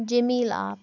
جٔمیٖل آپ